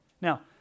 Now